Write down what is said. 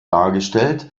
dargestellt